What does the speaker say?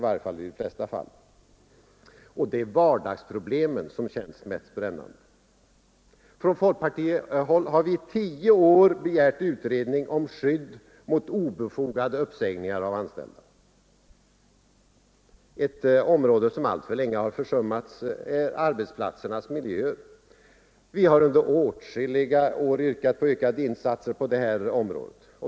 Det är vardagsproblemen som ofta känns mest brännande. Från folkpartihåll har vi i tio år begärt skydd mot obefogade uppsägningar av anställda. Ett område som alltför länge försummats är arbetsplatsernas miljö. Vi har under åtskilliga år yrkat på ökade insatser på detta område.